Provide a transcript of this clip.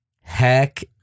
Heck